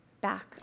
back